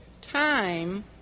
Time